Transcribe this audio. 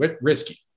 risky